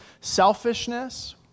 selfishness